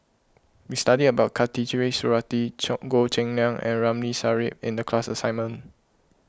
we studied about Khatijah Surattee Goh Cheng Liang and Ramli Sarip in the class assignment